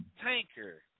tanker